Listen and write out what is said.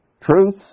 truth